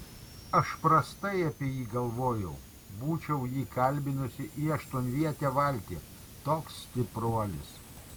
aš prastai apie jį galvojau būčiau jį kalbinusi į aštuonvietę valtį toks stipruolis